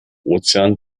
ozean